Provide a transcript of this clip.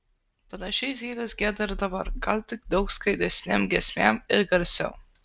panašiai zylės gieda ir dabar gal tik daug skaidresnėm giesmėm ir garsiau